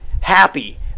happy